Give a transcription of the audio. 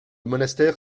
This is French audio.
monastère